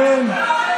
אין שום רב ראשי.